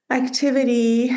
activity